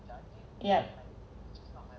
yup